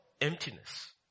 emptiness